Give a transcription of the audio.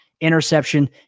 interception